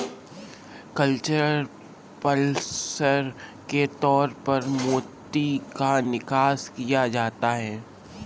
cultured pearls के तौर पर मोती का विकास किया जाता है